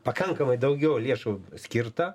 pakankamai daugiau lėšų skirta